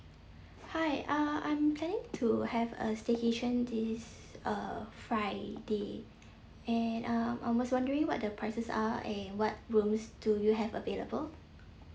hi uh I'm planning to have a staycation this uh friday and um I was wondering what the prices are and what rooms do you have available